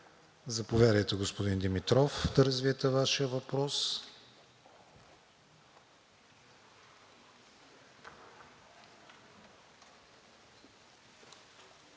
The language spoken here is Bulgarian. Заповядайте, господин Димитров, да развиете Вашия въпрос.